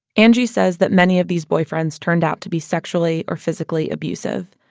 angie says that many of these boyfriends turned out to be sexually or physically abusive.